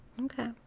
okay